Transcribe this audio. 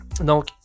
Donc